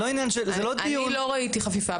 אני לא ראיתי חפיפה.